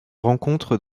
rencontre